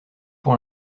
pour